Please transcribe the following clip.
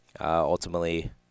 ultimately